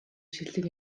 шилдэг